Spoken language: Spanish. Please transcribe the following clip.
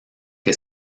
que